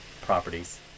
properties